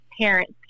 parents